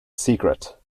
secret